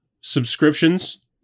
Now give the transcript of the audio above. subscriptions